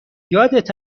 یادت